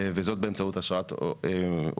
וזאת באמצעות אשרת עולה.